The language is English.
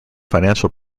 financial